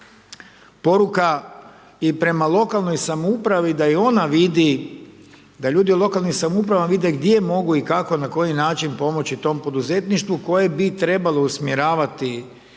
poruka i prema lokalnoj samoupravi da i ona vidi da ljudi u lokalnim samoupravama vide gdje mogu i kako na koji način pomoći tom poduzetništvu koje bi trebalo usmjeravati